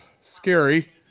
scary